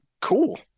Cool